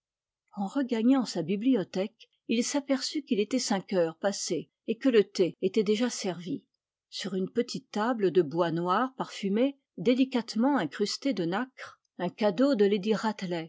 en regagnant sa bibliothèque il s'aperçut qu'il était cinq heures passées et que le thé était déjà servi sur une petite table de bois noir parfumé délicatement incrustée de nacre un cadeau de lady radley